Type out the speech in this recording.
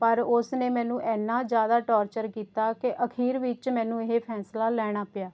ਪਰ ਉਸ ਨੇ ਮੈਨੂੁੰ ਇੰਨਾਂ ਜ਼ਿਆਦਾ ਟੋਰਚਰ ਕੀਤਾ ਕਿ ਅਖੀਰ ਵਿੱਚ ਮੈਨੂੰ ਇਹ ਫੈਸਲਾ ਲੈਣਾ ਪਿਆ